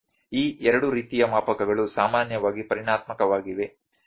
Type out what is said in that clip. ಈ ಎರಡು ರೀತಿಯ ಮಾಪಕಗಳು ಸಾಮಾನ್ಯವಾಗಿ ಪರಿಮಾಣಾತ್ಮಕವಾಗಿವೆ ಸರಿ